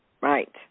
Right